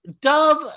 Dove